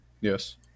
yes